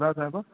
ॿुधायो साहिबु